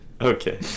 Okay